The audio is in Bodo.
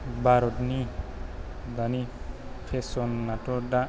भारतनि दानि फेशनाथ' दा